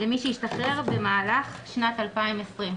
למי שהשתחרר במהלך שנת 2020,